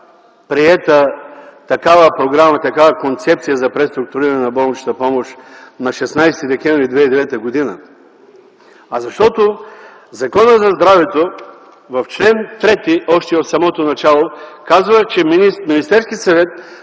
приета такава програма, такава концепция за преструктуриране на болничната помощ на 16 декември 2009 г., а защото Законът за здравето в чл. 3 още в самото начало казва, че Министерският съвет